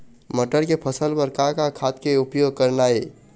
मटर के फसल बर का का खाद के उपयोग करना ये?